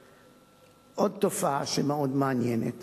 בעוד תופעה שהיא מאוד מעניינת